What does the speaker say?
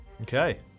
Okay